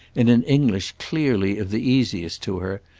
in an english clearly of the easiest to her,